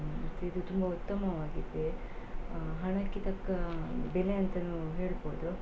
ಮತ್ತು ಇದು ತುಂಬ ಉತ್ತಮವಾಗಿದೆ ಹಣಕ್ಕೆ ತಕ್ಕ ಬೆಲೆ ಅಂತಲೂ ಹೇಳ್ಬೋದು